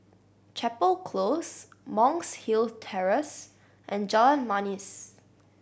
Chapel Close Monk's Hill Terrace and Jalan Manis